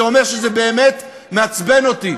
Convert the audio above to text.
זה אומר שזה באמת מעצבן אותי.